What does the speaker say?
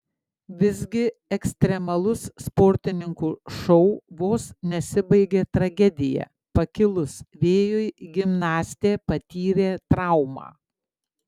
visgi ekstremalus sportininkų šou vos nesibaigė tragedija pakilus vėjui gimnastė patyrė traumą